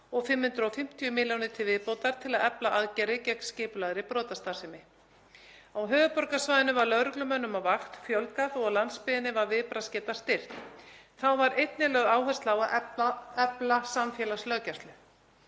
og 550 milljónir til viðbótar til að efla aðgerðir gegn skipulagðri brotastarfsemi. Á höfuðborgarsvæðinu var lögreglumönnum á vakt fjölgað og á landsbyggðinni var viðbragðsgeta styrkt. Þá var einnig lögð áhersla á að efla samfélagslöggæslu.